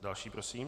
Další prosím.